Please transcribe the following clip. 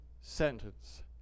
sentence